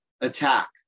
attack